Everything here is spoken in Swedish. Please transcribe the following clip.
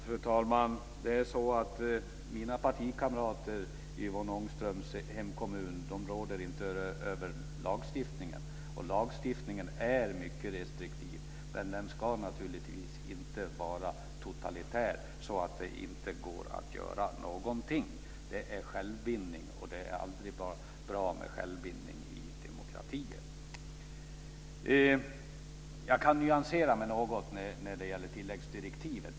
Fru talman! Mina partikamrater i Yvonne Ångströms hemkommun råder inte över lagstiftningen, och den är mycket restriktiv. Men den ska naturligtvis inte vara auktoritär, så att det inte går att göra någonting. Det skulle vara självbindning, och det är inte bra i en demokrati. Jag kan nyansera mig något när det gäller tilläggsdirektivet.